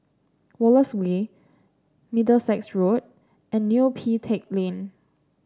Wallace Way Middlesex Road and Neo Pee Teck Lane